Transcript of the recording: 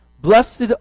Blessed